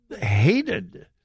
hated